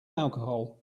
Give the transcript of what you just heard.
alcohol